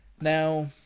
Now